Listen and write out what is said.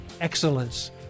excellence